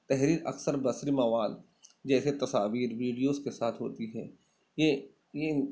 تحریر اکثر بصری مواد جیسے تصاویر ویڈیوز کے ساتھ ہوتی ہے یہ یہ